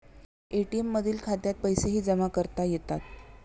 ATM मधील खात्यात पैसेही जमा करता येतात